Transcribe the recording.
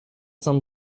some